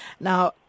Now